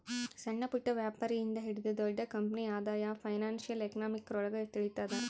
ಸಣ್ಣಪುಟ್ಟ ವ್ಯಾಪಾರಿ ಇಂದ ಹಿಡಿದು ದೊಡ್ಡ ಕಂಪನಿ ಆದಾಯ ಫೈನಾನ್ಶಿಯಲ್ ಎಕನಾಮಿಕ್ರೊಳಗ ತಿಳಿತದ